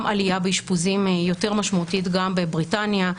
גם עלייה באשפוזים יותר משמעותית גם בבריטניה,